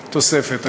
תוספת.